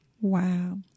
Wow